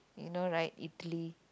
you know right italy